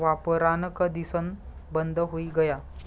वापरान कधीसन बंद हुई गया